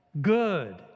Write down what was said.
good